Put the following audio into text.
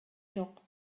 жок